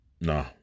Nah